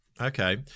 Okay